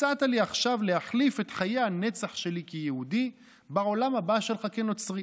הצעת לי עכשיו להחליף את חיי הנצח שלי כיהודי בעולם הבא שלך כנוצרי,